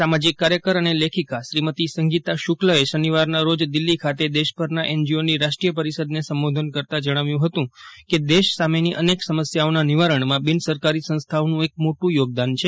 સામાજિક કાર્યકર અને લેખિકા શ્રીમતિ સંગીતા શુક્લએ શનિવારના રોજ દિલ્હી ખાતે દેશભરના એનજીઓની રાષ્ટ્રિય પરિષદને સંબોધન કરતા જજ્ઞાવ્યું હતું કે દેશ સામેની અનેક સમસ્યાઓના નિવારણમાં બિન સરકારી સંસ્થાઓનું એક મોટું યોગદાન છે